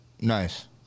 Nice